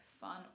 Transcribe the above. fun